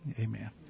Amen